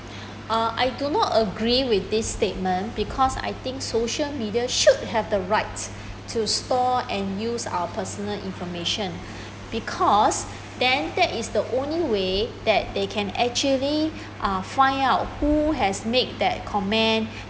uh I do not agree with this statement because I think social media should have the rights to store and use our personal information because then that is the only way that they can actually uh find out who has made that comment